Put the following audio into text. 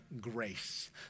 grace